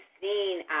seen